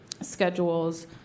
schedules